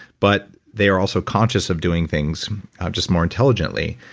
but they are also conscious of doing things just more intelligently,